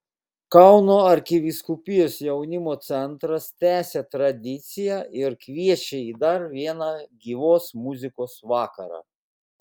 kauno arkivyskupijos jaunimo centras tęsia tradiciją ir kviečią į dar vieną gyvos muzikos vakarą